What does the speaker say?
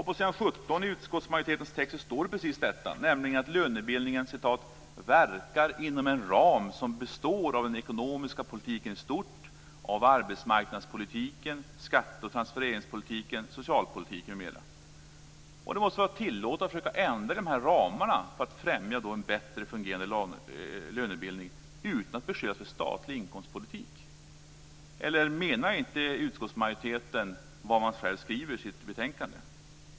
På s. 17 i utskottsmajoritetens text står precis detta, nämligen att lönebildningen "verkar inom en ram som består av den ekonomiska politiken i stort, av arbetsmarknadspolitiken, skatte och transfereringspolitiken, socialpolitiken m.m.". Det måste väl vara tillåtet att försöka ändra i dessa ramar för att främja en bättre fungerande lönebildning utan att beskyllas för statlig inkomstpolitik. Eller menar inte utskottsmajoriteten vad man själv skriver i sitt betänkande?